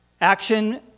Action